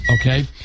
okay